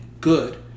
good